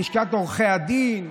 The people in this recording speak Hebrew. לשכת עורכי הדין,